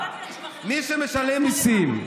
מי שמשלם מיסים,